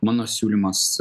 mano siūlymas